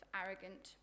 arrogant